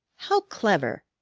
how clever!